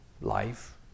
life